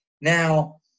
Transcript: now